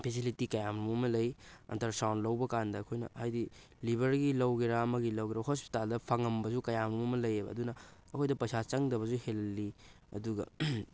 facility ꯀꯌꯥ ꯃꯔꯨꯝ ꯑꯃ ꯂꯩ ꯑꯜꯇ꯭ꯔꯥ ꯁꯥꯎꯟ ꯂꯧꯕ ꯀꯥꯟꯗ ꯑꯩꯈꯣꯏꯅ ꯍꯥꯏꯗꯤ ꯂꯤꯚꯔꯒꯤ ꯂꯧꯒꯦꯔꯥ ꯑꯃꯒꯤ ꯂꯧꯒꯦꯔꯥ ꯍꯣꯁꯄꯤꯇꯥꯜꯗ ꯐꯪꯉꯝꯕꯁꯨ ꯀꯌꯥ ꯃꯔꯣꯝ ꯑꯃ ꯂꯩꯑꯦꯕ ꯑꯗꯨꯅ ꯑꯩꯈꯣꯏꯗ ꯄꯩꯁꯥ ꯆꯪꯗꯕꯁꯨ ꯍꯦꯜꯍꯜꯂꯤ ꯑꯗꯨꯒ